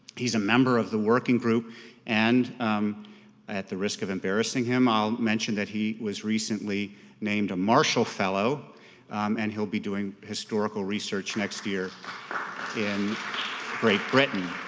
he's a member of the working group and at the risk of embarrassing him, i'll mention that he was recently named a marshall fellow and he'll be doing historical research next year in great britain.